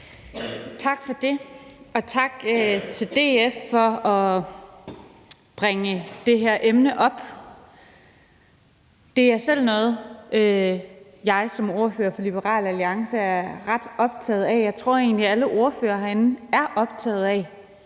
Tak for det. Og tak til DF for at bringe det her emne op. Det er noget, jeg som ordfører for Liberal Alliance selv er ret optaget af. Jeg tror egentlig, at alle ordførere herinde er optaget af,